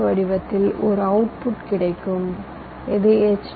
L வடிவத்தில் ஒரு output கிடைக்கும் இது எச்